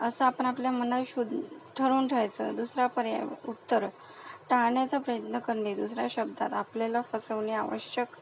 असं आपण आपल्या मना शोद ठरवून ठेवायचं दुसरा पर्याय उत्तरं टाळण्याचा प्रयत्न करणे दुसरा शब्दात आपल्याला फसवणे आवश्यक